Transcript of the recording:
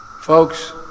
folks